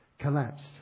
collapsed